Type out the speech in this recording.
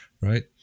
right